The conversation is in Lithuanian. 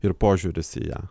ir požiūris į ją